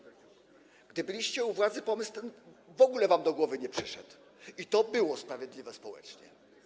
Gdy byliście u władzy, pomysł ten w ogóle wam do głowy nie przyszedł i to było sprawiedliwe społecznie.